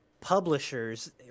publishers